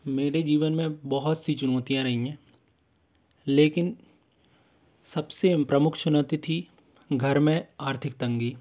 मेरे जीवन में बहुत सी चुनौतियाँ रही हैं लेकिन सबसे प्रमुख चुनौती थी घर में आर्थिक तंगी